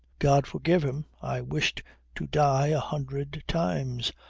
god forgive him. i wished to die a hundred times.